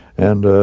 and